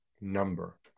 number